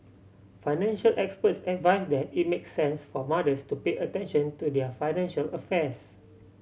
financial experts advise that it makes sense for mothers to pay attention to their financial affairs